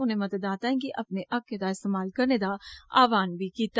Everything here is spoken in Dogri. उनें मतदाताएं गी अपने हक्के दा इस्तेमाल करने दा आहवान किता